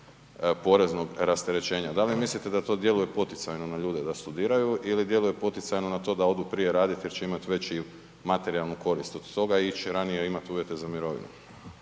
poreznog rasterećenja? Da li mislite da to djeluje poticajno na ljude da studiraju ili djeluje poticajno na to da odu prije raditi jel će imati veću materijalnu korist od toga i ići ranije a imati uvjete za mirovinu?